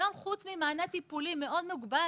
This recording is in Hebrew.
היום, חוץ ממענה טיפולי מאוד מוגבל